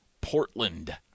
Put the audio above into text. Portland